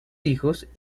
hijos